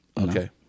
okay